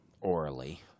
Orally